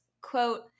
quote